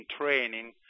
training